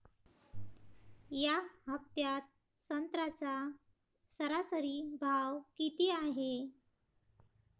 या हफ्त्यात संत्र्याचा सरासरी भाव किती हाये?